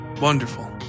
Wonderful